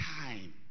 time